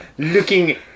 Looking